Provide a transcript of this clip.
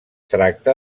tracta